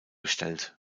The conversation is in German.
gestellt